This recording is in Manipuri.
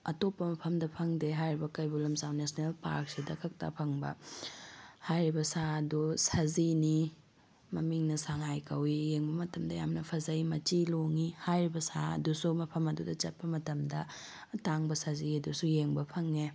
ꯑꯇꯣꯞꯄ ꯃꯐꯝꯗ ꯐꯪꯗꯦ ꯍꯥꯏꯔꯤꯕ ꯀꯩꯕꯨꯜ ꯂꯝꯖꯥꯎ ꯅꯦꯁꯅꯦꯜ ꯄꯥꯔꯛꯁꯤꯗ ꯈꯛꯇ ꯐꯪꯕ ꯍꯥꯏꯔꯤꯕ ꯁꯥ ꯑꯗꯨ ꯁꯖꯤꯅꯤ ꯃꯃꯤꯡꯅ ꯁꯉꯥꯏ ꯀꯧꯏ ꯌꯦꯡꯕ ꯃꯇꯝꯗ ꯌꯥꯝꯅ ꯐꯖꯩ ꯃꯆꯤ ꯂꯣꯡꯉꯤ ꯍꯥꯏꯔꯤꯕ ꯁꯥ ꯑꯗꯨꯁꯨ ꯃꯐꯝ ꯑꯗꯨꯗ ꯆꯠꯄ ꯃꯇꯝꯗ ꯑꯇꯥꯡꯕ ꯁꯖꯤ ꯑꯗꯨꯁꯨ ꯌꯦꯡꯕ ꯐꯪꯉꯦ